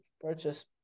purchase